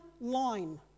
line